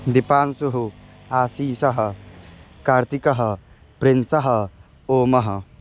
दिपांशुः आशिषः कार्तिकः प्रिन्सः ओमः